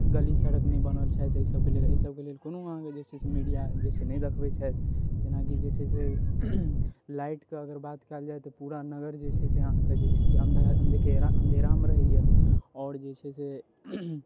गली सड़क नहि बनल छथि ओहिसबके लेल एहि सबके लेल कोनो अहाँके जे छै से मीडिया जे छै से नहि दखबै छथि जेनाकि जे छै से लाइट कए अगर बात कएल जाए तऽ पूरा नगर जे छै से अहाँके जे छै से अन्ध खेरा अन्धेरा मे रहैया आओर जे छै से